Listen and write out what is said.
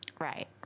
Right